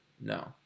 no